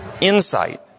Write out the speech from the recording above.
insight